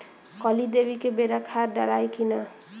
कली देवे के बेरा खाद डालाई कि न?